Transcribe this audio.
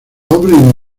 obra